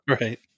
Right